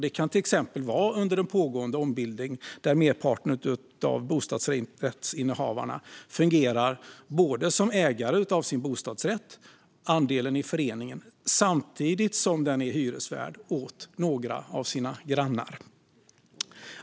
Det kan till exempel vara under en pågående ombildning, där merparten av bostadsrättsinnehavarna fungerar både som ägare av sina bostadsrätter - det vill säga andelar i föreningen - och samtidigt är hyresvärd åt några av sina grannar.